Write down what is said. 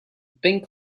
pink